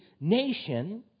nation